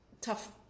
tough